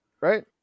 right